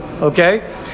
Okay